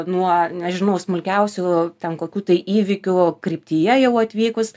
nuo nežinau smulkiausių ten kokių tai įvykių kryptyje jau atvykus